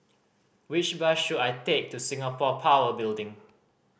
which bus should I take to Singapore Power Building